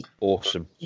Awesome